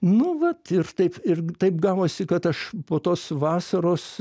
nu vat ir taip ir taip gavosi kad aš po tos vasaros